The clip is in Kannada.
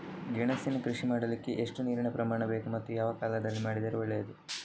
ಗೆಣಸಿನ ಕೃಷಿ ಮಾಡಲಿಕ್ಕೆ ಎಷ್ಟು ನೀರಿನ ಪ್ರಮಾಣ ಬೇಕು ಮತ್ತು ಯಾವ ಕಾಲದಲ್ಲಿ ಮಾಡಿದರೆ ಒಳ್ಳೆಯದು?